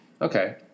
Okay